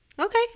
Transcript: Okay